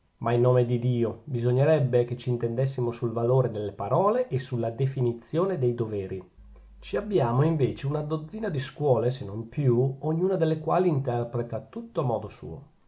ma in nome di dio bisognerebbe che c'intendessimo sul valore delle parole e sulla definizione dei doveri ci abbiamo invece una dozzina di scuole se non più ognuna delle quali interpreta tutto a suo